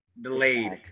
delayed